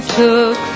took